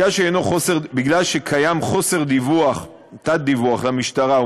מכיוון שקיים תת-דיווח למשטרה,